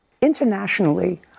internationally